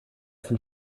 zum